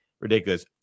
ridiculous